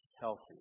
healthy